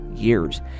years